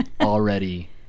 already